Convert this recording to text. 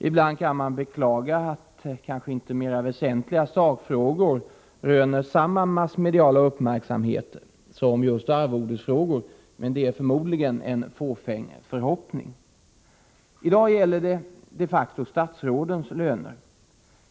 Ibland kan man beklaga att mer väsentliga sakfrågor kanske inte röner samma massmediala uppmärksamhet som just arvodesfrågor — men det är förmodligen fåfängt att hoppas på att det skulle vara så. I dag gäller det de facto statsrådens löner.